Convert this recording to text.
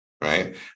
right